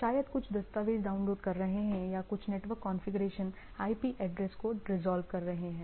शायद कुछ दस्तावेज़ डाउनलोड कर रहे हैं या कुछ नेटवर्क कॉन्फ़िगरेशन IP एड्रेस को रिजॉल्व कर रहे हैं